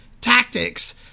tactics